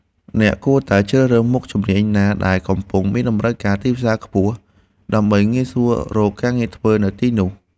អ្នកគួរតែជ្រើសរើសមុខជំនាញណាដែលកំពុងមានតម្រូវការទីផ្សារខ្ពស់ដើម្បីងាយស្រួលរកការងារធ្វើនៅទីនោះ។